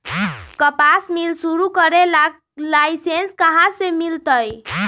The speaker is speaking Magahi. कपास मिल शुरू करे ला लाइसेन्स कहाँ से मिल तय